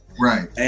Right